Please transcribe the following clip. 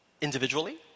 individually